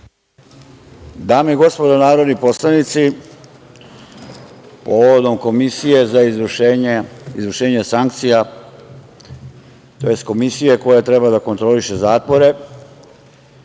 Dame i gospodo narodni poslanici, povodom Komisije za izvršenja sankcija, tj. Komisije koja treba da kontroliše zatvore,